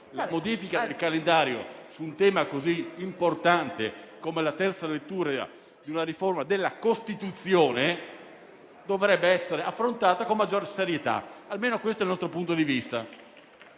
Una modifica del calendario su un tema così importante come la terza lettura di una riforma della Costituzione dovrebbe essere affrontata con maggiore serietà. Questo è il nostro punto di vista.